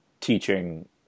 teaching